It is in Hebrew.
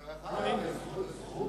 דרך אגב, הזכות לשמור